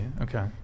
okay